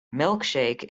milkshake